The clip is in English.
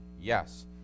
Yes